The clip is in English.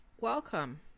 welcome